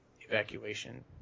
evacuation